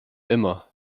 immer